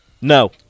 No